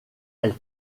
elle